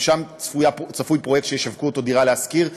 גם שם צפוי פרויקט שישווקו אותו "דירה להשכיר",